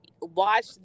watch